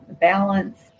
balance